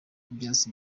ibyatsi